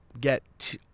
get